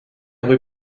rue